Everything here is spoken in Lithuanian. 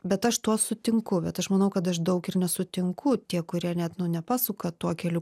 bet aš tuo sutinku bet aš manau kad aš daug ir nesutinku tie kurie net nu nepasuka tuo keliu